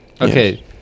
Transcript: Okay